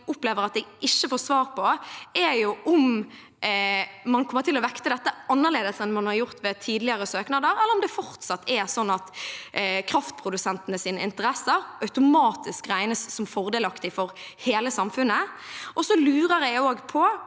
opplever at jeg ikke får svar på, er om man kommer til å vekte dette annerledes enn man har gjort ved tidligere søknader, eller om det fortsatt er sånn at kraftprodusentenes interesser automatisk regnes som fordelaktige for hele samfunnet. Jeg lurer også på